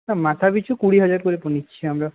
মাথা পিছু কুড়ি হাজার করে তো নিচ্ছি আমরা